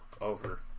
over